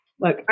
look